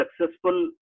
successful